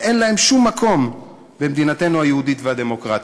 שאין להן שום מקום במדינתנו היהודית והדמוקרטית.